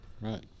Right